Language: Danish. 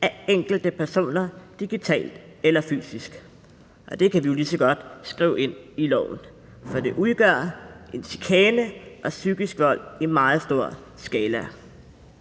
af enkelte personer digitalt eller fysisk. Det kan vi jo lige så godt skrive ind i loven, for det er chikane og psykisk vold i meget stor skala.